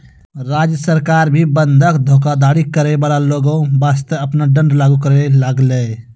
राज्य सरकार भी बंधक धोखाधड़ी करै बाला लोगो बासतें आपनो दंड लागू करै लागलै